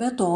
be to